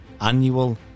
annual